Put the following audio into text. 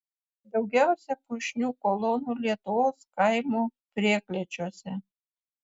daugiausia puošnių kolonų lietuvos kaimo prieklėčiuose